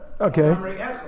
Okay